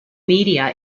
media